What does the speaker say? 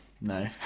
no